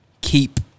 keep